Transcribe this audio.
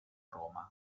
roma